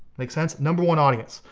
make sense? number one, audience.